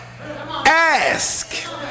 Ask